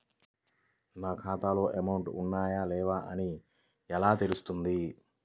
నా ఖాతాలో అమౌంట్ ఉన్నాయా లేవా అని ఎలా తెలుస్తుంది?